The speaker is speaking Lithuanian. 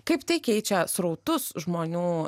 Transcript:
kaip tai keičia srautus žmonių